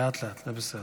לאט-לאט, זה בסדר.